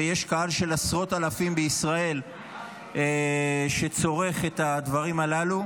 ויש קהל של עשרות אלפים בישראל שצורך את הדברים הללו,